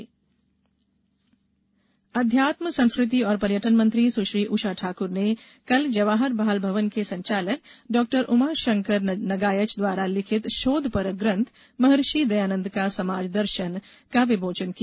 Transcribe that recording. किताब विमोचन अध्यात्म संस्कृति और पर्यटन मंत्री सुश्री उषा ठाक्र ने कल जवाहर बाल भवन के संचालक डॉ उमाशंकर नगायच द्वारा लिखित शोधपरक ग्रंथ महर्षि दयानंद का समाज दर्शन का विमोचन किया